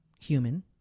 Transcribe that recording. human